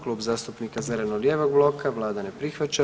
Klub zastupnika zeleno-lijevog bloka, vlada ne prihvaća.